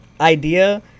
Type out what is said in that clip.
idea